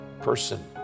person